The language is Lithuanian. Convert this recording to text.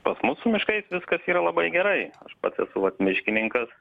pas mus su miškais viskas yra labai gerai aš pats esu vat miškininkas